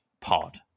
Pod